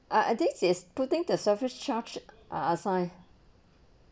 i i thinks is putting the surface charge are assigned